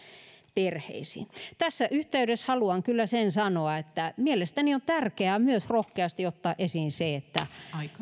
perheisiin tässä yhteydessä haluan kyllä sen sanoa että mielestäni on tärkeää myös rohkeasti ottaa esiin se että